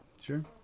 sure